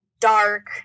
dark